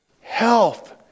Health